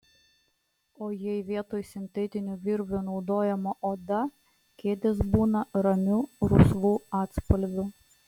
o jei vietoj sintetinių virvių naudojama oda kėdės būna ramių rusvų atspalvių